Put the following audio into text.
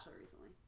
recently